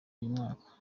mwaka